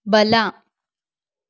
ಬಲ